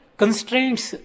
constraints